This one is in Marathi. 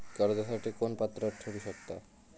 कर्जासाठी कोण पात्र ठरु शकता?